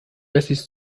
wessis